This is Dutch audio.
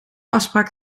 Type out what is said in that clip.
afspraak